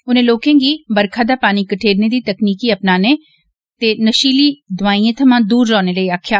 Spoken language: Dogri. उनें लोकें गी बरखा दा पानी कठेरने दी तकनीकी अपनाने ते नशीली दवाईएं थमां दूर रौने लेई आक्खेआ